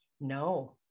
No